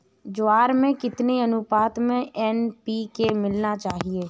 ज्वार में कितनी अनुपात में एन.पी.के मिलाना चाहिए?